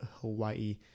Hawaii